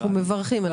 אנחנו מברכים על זה.